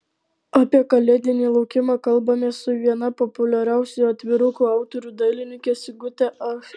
apie kalėdinį laukimą kalbamės su viena populiariausių atvirukų autorių dailininke sigute ach